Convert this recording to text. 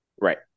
Right